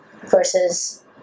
versus